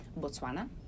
Botswana